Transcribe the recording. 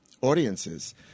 audiences